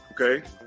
Okay